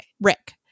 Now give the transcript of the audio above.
Rick